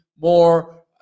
more